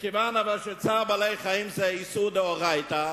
מכיוון שצער בעלי-חיים זה איסור מדאורייתא,